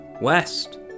West